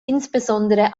insbesondere